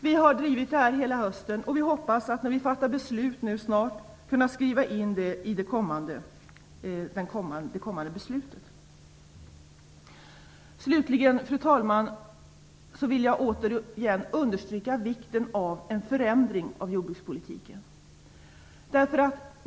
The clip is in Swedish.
Vi har drivit det här hela hösten, och vi hoppas kunna skriva in det i beslutet som snart kommer att fattas. Slutligen, fru talman, vill jag återigen understryka vikten av en förändring av jordbrukspolitiken.